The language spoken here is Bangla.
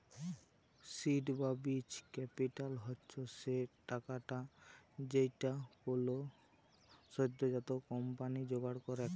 সীড বা বীজ ক্যাপিটাল হচ্ছ সে টাকাটা যেইটা কোলো সদ্যজাত কম্পানি জোগাড় করেক